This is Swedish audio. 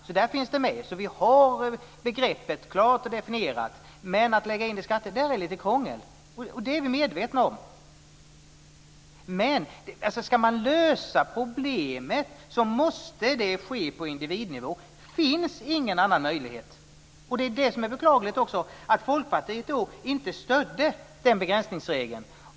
Vi har alltså begreppet klart och definierat. Men att lägga in det i skattesammanhang är lite krångligt, och det är vi medvetna om. Men ska man lösa problemet så måste det ske på individnivå. Det finns ingen annan möjlighet. Det som är så beklagligt är att Folkpartiet inte stödde begränsningsregeln.